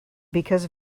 because